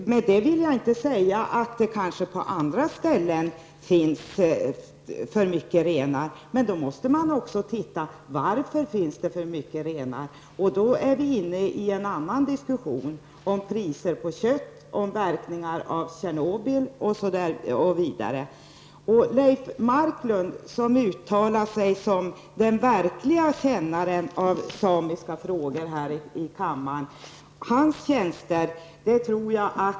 Med det vill jag inte säga att det inte på andra ställen kan finnas för mycket renar. Men då måste man också se närmare på varför det finns för mycket renar. Då är vi genast inne i en annan diskussion, nämligen om priser på kött och om verkningarna av Tjernobylolyckan. Leif Marklund uttalade sig som den verklige kännaren av samiska frågor här i kammaren.